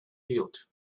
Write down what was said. healed